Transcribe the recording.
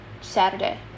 saturday